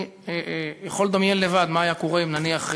אני יכול לדמיין מה היה קורה אם, נניח,